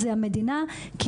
זה המדינה,